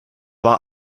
war